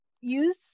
use